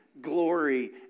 glory